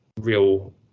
real